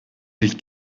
sich